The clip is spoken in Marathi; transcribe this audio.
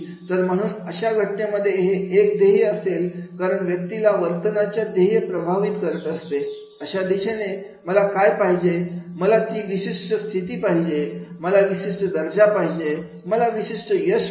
तर म्हणून अशा घटनेमध्ये हे एक ध्येय असेल कारण व्यक्तीच्या वर्तनाला ध्येय प्रभावीत करीत असते अशा दिशेने मला काय पाहिजे मला ती विशिष्ट स्थिती पाहीजे मला विशिष्ट दर्जा पाहिजे मला विशिष्ट यश पाहिजे